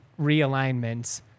realignment